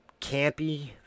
campy